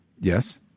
Yes